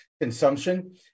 consumption